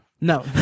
No